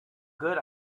good